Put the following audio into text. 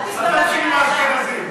אל תתחיל עם האשכנזים.